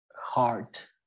heart